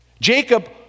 Jacob